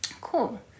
Cool